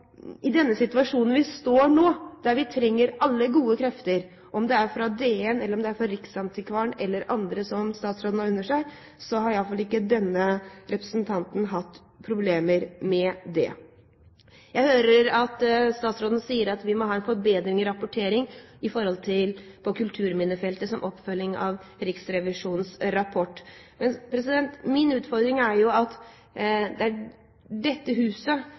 I den situasjonen vi står nå, der vi trenger alle gode krefter, om det er fra DN, eller om det er fra riksantikvaren eller andre som statsråden har under seg, har i alle fall ikke denne representanten hatt problemer med det. Jeg hører at statsråden sier at vi må ha en forbedring i rapportering på kulturminnefeltet som en oppfølging av Riksrevisjonens rapport. Min utfordring er at det er dette huset